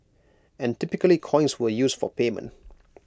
and typically coins were used for payment